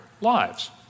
lives